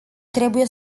trebuie